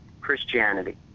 Christianity